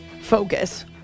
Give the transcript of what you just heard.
focus